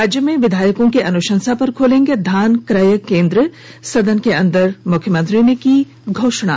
राज्य में विधायकों की अनुशंसा पर खुलेंगे धान क्रय केंद्र सदन के अंदर मुख्यमंत्री ने की घोषणा